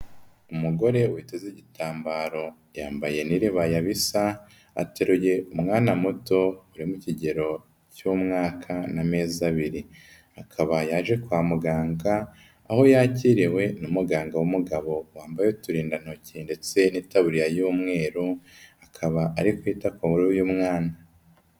Umugore witeze igitambaro yambaye n'iribaya bisa ateruye umwana muto uri mu kigero cy'umwaka n'amezi abiri, akaba yaje kwa muganga aho yakiriwe na muganga w'umugabo wambaye uturindantoki ndetse n'itaburiya y'umweru akaba ari kwita kuyu mwana.